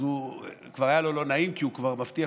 אז כבר היה לו לא נעים כי הוא כבר מבטיח